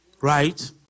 Right